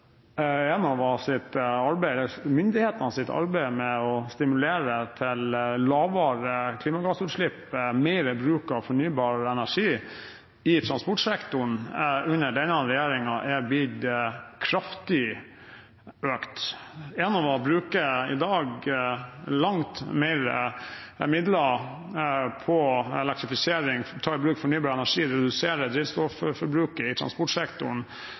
arbeid med å stimulere til lavere klimagassutslipp, mer bruk av fornybar energi i transportsektoren under denne regjeringen er blitt kraftig økt. Enova bruker i dag langt mer midler på elektrifisering og på å ta i bruk fornybar energi og redusere drivstofforbruket i transportsektoren